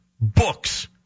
books